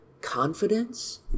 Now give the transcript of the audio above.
confidence